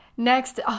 Next